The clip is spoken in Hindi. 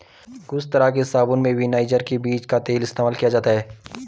कुछ तरह के साबून में भी नाइजर के बीज के तेल का इस्तेमाल किया जाता है